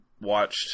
watched